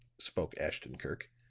spoke ashton-kirk,